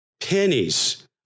pennies